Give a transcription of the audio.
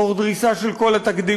תוך דריסה של כל התקדימים.